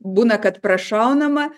būna kad prašaunama